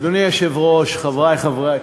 אדוני היושב-ראש, חברי חברי הכנסת,